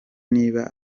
niba